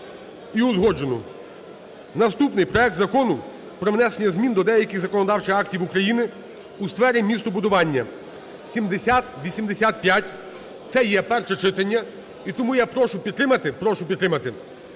і узгоджену. Наступний. Проект Закону про внесення змін до деяких законодавчих актів України у сфері містобудування (7085). Це є перше читання, і тому я прошу підтримати, прошу підтримати